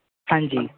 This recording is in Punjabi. ਹਾਂਜੀ